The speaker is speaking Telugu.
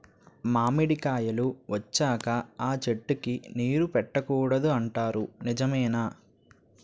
మామిడికాయలు వచ్చాక అ చెట్టుకి నీరు పెట్టకూడదు అంటారు నిజమేనా?